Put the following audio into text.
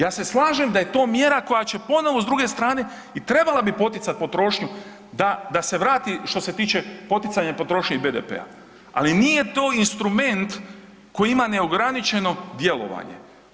Ja se slažem da je to mjera koja će ponovo s druge strane i trebala bi poticati potrošnju da se vrati što se tiče poticanja potrošnje i BDP-a, ali nije to instrument koji ima neograničeno djelovanje.